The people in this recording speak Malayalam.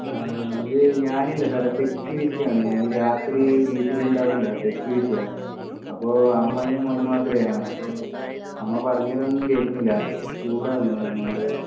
ആ ഇത് ഞാനില്ല സാറേ സെക്യൂരിറ്റിയാണ് ഞാൻ രാത്രി വീട്ടിലുണ്ടാവാറില്ല സെക്യൂരിറ്റിയാണ് അപ്പോൾ അമ്മയും മോനും മാത്രമേ കാണൂ അപ്പോൾ അമ്മ പറഞ്ഞാലൊന്നും കേൾക്കുന്നില്ല ചൂടാവുന്നു അമ്മയോട്